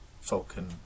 falcon